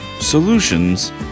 solutions